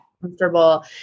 comfortable